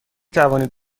توانید